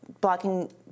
blocking